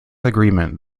agreement